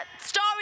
story